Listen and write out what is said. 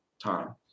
time